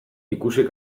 ikusi